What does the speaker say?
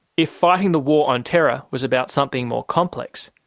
if fighting the war on terror was about something more complex,